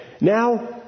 Now